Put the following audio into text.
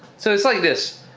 so it's like this.